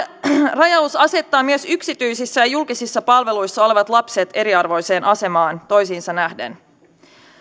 rajaus asettaa myös yksityisissä ja julkisissa palveluissa olevat lapset eriarvoiseen asemaan toisiinsa nähden